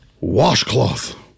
Washcloth